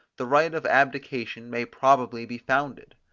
the right of abdication may probably be founded.